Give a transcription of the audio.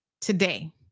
today